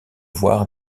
voir